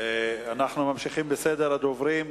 אנחנו ממשיכים בסדר הדוברים.